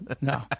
no